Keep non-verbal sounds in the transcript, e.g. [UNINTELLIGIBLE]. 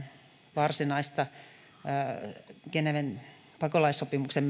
varsinaista geneven pakolaissopimuksen [UNINTELLIGIBLE]